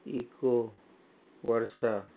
eco versa